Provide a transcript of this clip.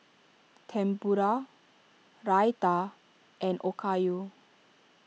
Tempura Raita and Okayu